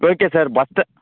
okay sir bus